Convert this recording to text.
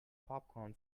popcorn